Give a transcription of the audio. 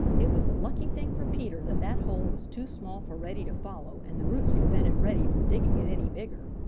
it was a lucky thing for peter that that hole was too small for reddy to follow and the roots prevented reddy from digging it any bigger.